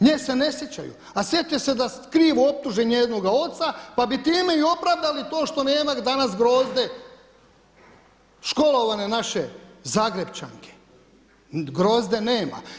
Nje se ne sjećaju, a sjećaju se da su krivo optužili njezinog oca pa bi time i opravdali to što nema danas Grozde školovane naše Zagrepčanke, Grozde nema.